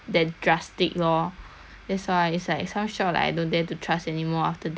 that's why it's like some shop I don't dare to trust anymore after that so I always go back to the same one